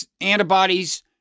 antibodies